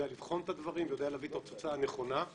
יודע לבחון את הדברים ויודע להביא את התוצאה הנכונה.